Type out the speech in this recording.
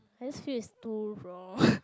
I just feel it's too raw